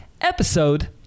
episode